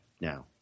now